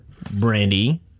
brandy